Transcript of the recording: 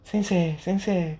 sensei sensei